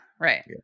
right